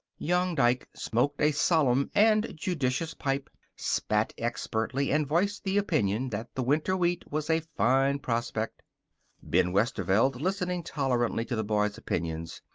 young dike smoked a solemn and judicious pipe, spat expertly, and voiced the opinion that the winter wheat was a fine prospect ben westerveld, listening tolerantly to the boy's opinions,